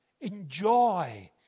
Enjoy